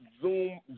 Zoom